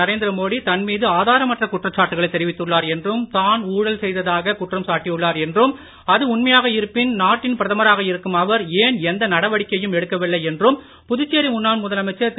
நரேந்திர மோடி தன் மீது தெரிவித்துள்ளார் என்றும் தான் ஊழல் செய்ததாக குற்றம் சாட்டியுள்ளார் என்றும் அது உண்மையாக இருப்பின் நாட்டின் பிரதமராக இருக்கும் அவர் ஏன் எந்த நடவடிக்கையும் எடுக்கவில்லை என்றும் புதுச்சேரி முன்னாள் முதலமைச்சர் திரு